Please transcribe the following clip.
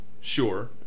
Sure